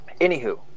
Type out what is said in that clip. Anywho